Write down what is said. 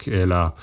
eller